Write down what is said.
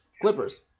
Clippers